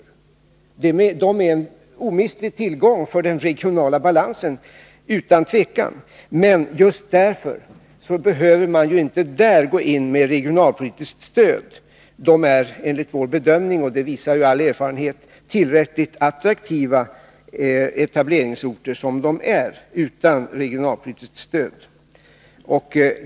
De är utan tvekan en omistlig tillgång för den regionala balansen, men just därför behöver man inte där gå in med regionalpolitiskt stöd. De är enligt vår bedömning — och det visar också erfarenheten — tillräckligt attraktiva etableringsorter som de är, utan regionalpolitiskt stöd.